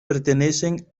pertenecen